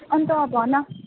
अनि त भन